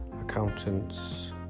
accountants